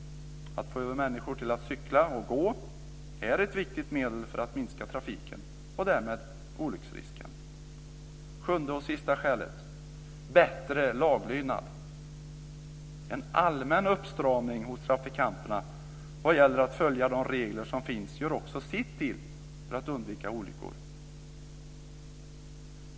Att få över människor till att cykla och gå är ett viktigt medel för att minska trafiken och därmed olycksrisken. 7. Bättre laglydnad. En allmän uppstramning hos trafikanterna vad gäller att följa de regler som finns gör också sitt till för att undvika olyckor.